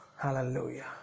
hallelujah